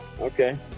Okay